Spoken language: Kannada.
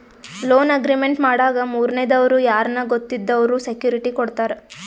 ಲೋನ್ ಅಗ್ರಿಮೆಂಟ್ ಮಾಡಾಗ ಮೂರನೇ ದವ್ರು ಯಾರ್ನ ಗೊತ್ತಿದ್ದವ್ರು ಸೆಕ್ಯೂರಿಟಿ ಕೊಡ್ತಾರ